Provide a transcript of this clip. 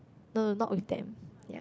no no not with them ya